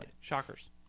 Shockers